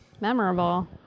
memorable